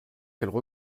qu’elle